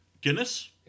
Guinness